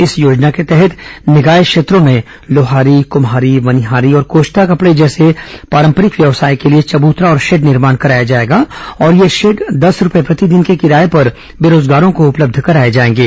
इस योजना के तहत निकाय क्षेत्रों में लोहारी कम्हारी मनिहारी और कोष्टा कपड़े जैसे परंपरागत् व्यवसाय के लिए चबूतरा और शेड निर्माण कराया जाएगा और ये शेड दस रूपये प्रतिदिन के किराये पर बेरोजगारों को उपलब्ध कराए जाएंगे